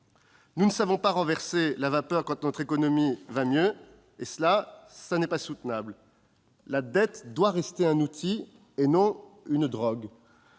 Nous ne savons pas renverser la vapeur quand notre économie va mieux : ce n'est pas soutenable. La dette doit rester un outil, et non être une drogue